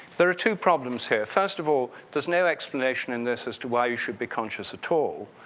there are two problems here first of all, there's no explanation in this as to why you should be conscious at all,